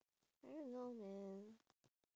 I don't know man